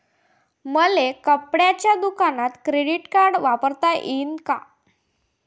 मले कपड्याच्या दुकानात क्रेडिट कार्ड वापरता येईन का?